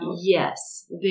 Yes